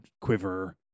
quiver